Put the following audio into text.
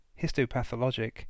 histopathologic